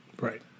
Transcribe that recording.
Right